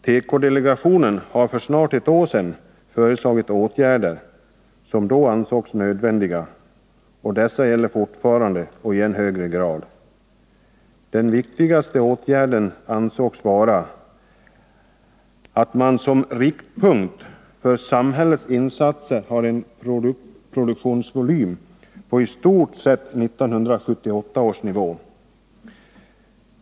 Tekodelegationen föreslog för snart ett år sedan åtgärder som då ansågs nödvändiga, och dessa gäller fortfarande och i än högre grad. Den viktigaste åtgärden ansågs vara ”att man som riktpunkt för samhällets insatser har en produktionsvolym på i stort sett 1978 års nivå.